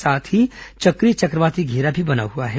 साथ ही चक्रीय चक्रवाती घेरा भी बना हुआ है